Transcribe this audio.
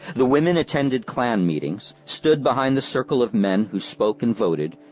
the women attended clan meetings, stood behind the circle of men who spoke and voted,